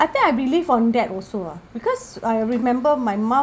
I think I believe on that also ah because I remember my mum